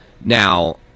Now